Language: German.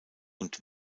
und